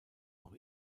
auch